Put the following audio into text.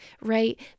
right